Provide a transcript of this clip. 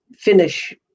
finish